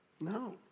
No